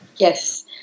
Yes